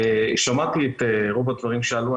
שמעתי את רוב הדברים שעלו.